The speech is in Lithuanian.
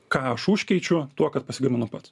ką aš užkeičiu tuo kad pasigaminu pats